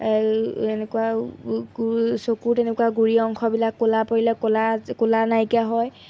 এনেকুৱা চকুৰ তেনেকুৱা গুৰি অংশবিলাক ক'লা পৰিলে ক'লা ক'লা নাইকীয়া হয়